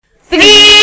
three